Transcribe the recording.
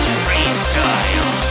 freestyle